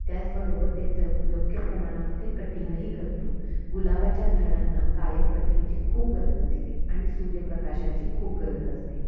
त्याचबरोबर त्याचं योग्य प्रमाणामध्ये कटिंगही करतो गुलाबाच्या झाडांना कायम कटिंगची खूप गरज असते आणि सूर्यप्रकाशाची खूप गरज असते